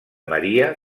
maria